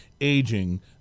aging